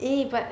eh but